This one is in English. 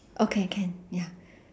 okay can ya